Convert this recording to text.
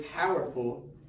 powerful